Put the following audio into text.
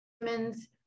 women's